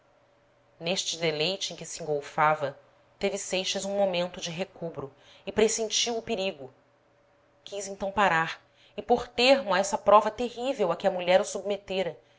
deleite em que se engolfava teve seixas um momento de recobro e pressentiu o perigo quis então parar e pôr termo a essa prova terrível a que a mulher o submetera